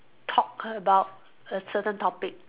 talk about a certain topic